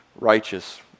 righteous